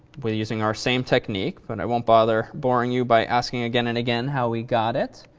we're using our same technique, but i won't bother boring you by asking again and again how we got it.